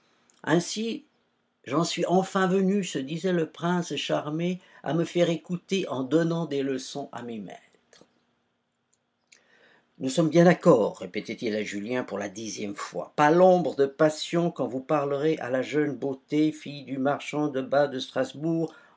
ainsi j'en suis enfin venu se disait le prince charmé à me faire écouter en donnant des leçons à mes maîtres nous sommes bien d'accord répétait-il à julien pour la dixième fois pas l'ombre de passion quand vous parlerez à la jeune beauté fille du marchand de bas de strasbourg